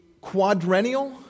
quadrennial